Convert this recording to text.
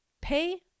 pay